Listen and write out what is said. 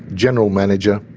general manager,